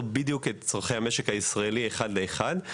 בדיוק את צרכי המשק הישראלי אחד לאחד.